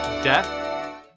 Death